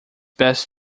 best